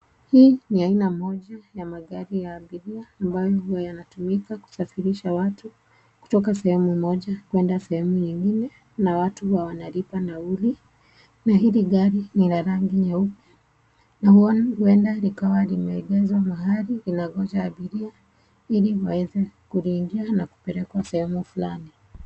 Hii ni aina moja ya magari ya abiria ambayo huwa yanatumika kusafirisha watu, kutoka sehemu moja kwenda sehemu nyingine. Na watu huwa wanalipa nauli, na hili gari ni la rangi nyeupe. Na huenda likawa limeegeshwa mahali linangoja abiria, ili waweze kuliingia na kupelekwa sehemu fulani.